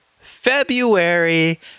February